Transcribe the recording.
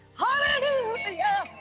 hallelujah